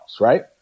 Right